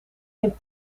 geen